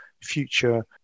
future